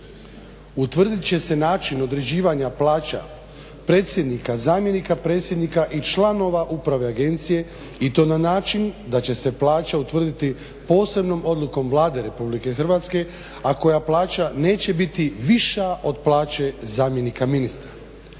Utvrdit će se način određivanja plaća predsjednika, zamjenika predsjednika i članova upravne agencije i to na način da će se plaća utvrditi posebnom odlukom Vlade RH a koja plaća neće biti viša od plaće zamjenika ministra.